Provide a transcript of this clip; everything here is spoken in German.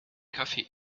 café